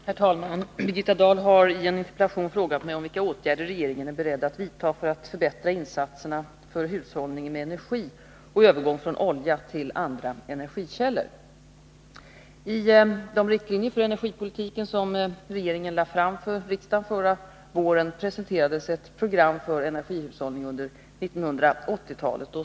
Herr talman! Birgitta Dahl har i en interpellation frågat mig vilka åtgärder regeringen är beredd att vidta för att förbättra insatserna för hushållningen med energi och övergång från olja till andra energikällor. I de riktlinjer för energipolitiken som regeringen lade fram för riksdagen förra våren presenterades ett program för energihushållning under 1980 talet.